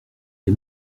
les